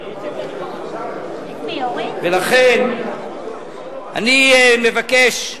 ולכן אני מבקש להודות,